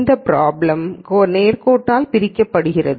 இந்த பிராப்ளம் நேர்கோட்டால் பிரிக்கப்படுகிறது